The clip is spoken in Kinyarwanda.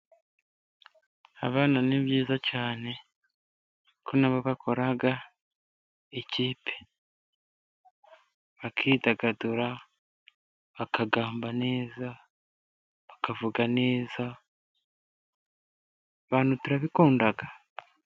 Abana ni byiza cyane ko nabo bakora ikipe bakidagadura bakagamba neza, bakavuga neza abantu turabikunda.